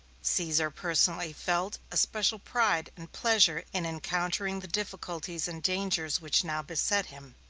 caesar personally felt a special pride and pleasure in encountering the difficulties and dangers which now beset him,